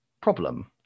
problem